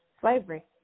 slavery